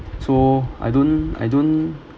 so I don't I don't